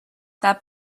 that